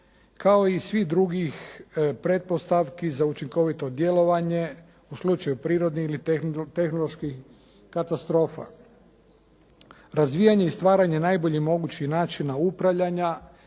kao i svih drugih pretpostavki za učinkovito djelovanje u slučaju prirodnih ili tehnoloških katastrofa. Razvijanje i stvaranje najboljih mogućih načina upravljanja